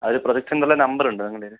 അതിൽ പ്രോജക്ട് എന്നുള്ള നമ്പർ ഉണ്ടോ നിങ്ങളതിൽ